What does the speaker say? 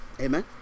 Amen